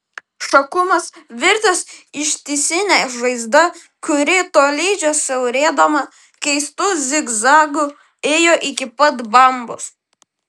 šakumas virtęs ištisine žaizda kuri tolydžio siaurėdama keistu zigzagu ėjo iki pat bambos